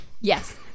yes